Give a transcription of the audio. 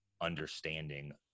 understanding